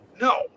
No